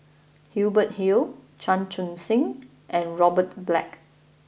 Hubert Hill Chan Chun Sing and Robert Black